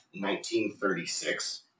1936